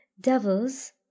Devils